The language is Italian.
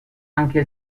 anche